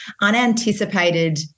unanticipated